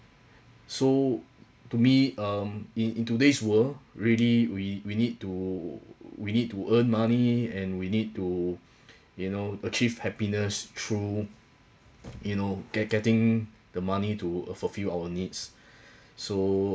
so to me um in in today's world really we we need to we need to earn money and we need to you know achieve happiness through you know get getting the money to uh fulfil our needs so